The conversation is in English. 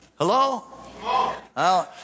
Hello